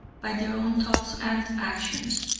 by their own thoughts and actions.